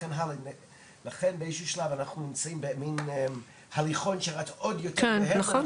ולכן באיזה שהוא שלב אנחנו נמצאים במין הליכון שאנחנו לא מגיעים לזה.